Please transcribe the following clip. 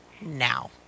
now